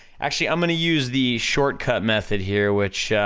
actually, i'm gonna use the shortcut method here, which,